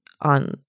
on